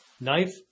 knife